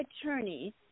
attorney